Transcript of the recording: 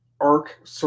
arc